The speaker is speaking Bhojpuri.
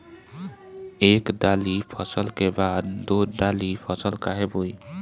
एक दाली फसल के बाद दो डाली फसल काहे बोई?